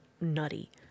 nutty